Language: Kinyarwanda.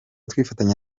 twifatanya